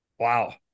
Wow